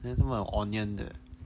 then who are onion 的